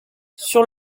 sur